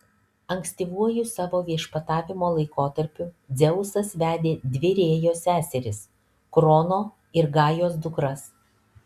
ankstyvuoju savo viešpatavimo laikotarpiu dzeusas vedė dvi rėjos seseris krono ir gajos dukras